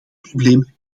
probleem